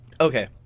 Okay